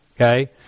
Okay